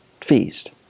feast